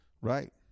Right